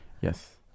Yes